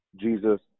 Jesus